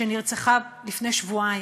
שנרצחה לפני שבועיים,